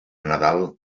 nadal